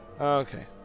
Okay